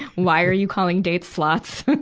why are you calling date slots?